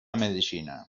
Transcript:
medecina